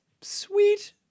sweet